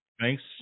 Thanks